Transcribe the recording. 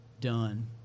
done